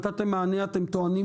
נתתם מענה אתם טוענים,